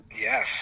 Yes